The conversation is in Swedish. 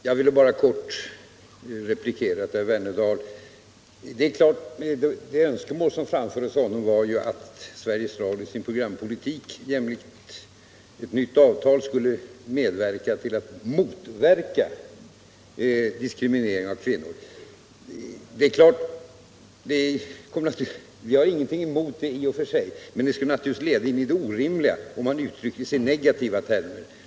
Herr talman! Jag vill bara helt kort replikera herr Wernerdal. Det önskemål som herr Wernerdal framförde var att Sveriges Radio i Sin programpolitik i ett nytt avtal skulle motverka diskriminering av kvinnorna. Naturligtvis har vi ingenting emot detta i och för sig. Men om man uttrycker sig i negativa termer, så leder det till orimligheter.